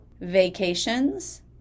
vacations